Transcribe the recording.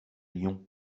lions